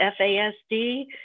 FASD